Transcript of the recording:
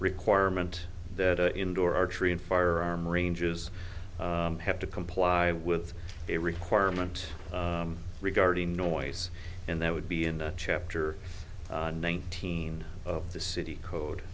requirement that the indoor archery and firearm ranges have to comply with a requirement regarding noise and that would be in chapter nineteen of the city code